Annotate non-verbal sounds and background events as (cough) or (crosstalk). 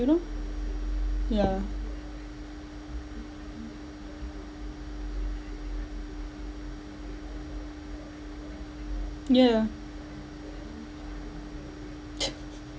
you know yeah yeah (laughs)